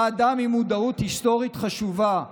אתה אדם עם מודעות היסטורית חשובה ורחבה,